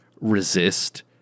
resist